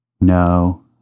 No